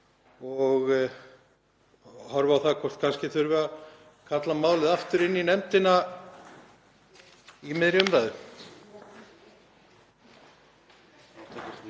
og horfi á það hvort kannski þurfi að kalla málið aftur inn í nefndina í miðri umræðu.